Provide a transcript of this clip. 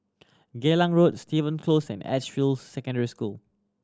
Geylang Road Stevens Close and Edgefield Secondary School